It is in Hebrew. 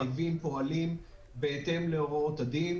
שהצ'קים יהיו מוגבלים כברירת מחדל.